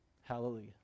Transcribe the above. Hallelujah